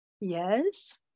Yes